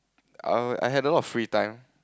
um I had a lot of free time